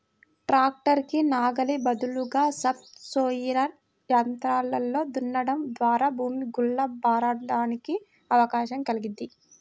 tractor కి నాగలి బదులుగా సబ్ సోయిలర్ యంత్రంతో దున్నడం ద్వారా భూమి గుల్ల బారడానికి అవకాశం కల్గిద్ది